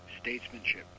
Statesmanship